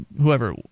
whoever